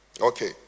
okay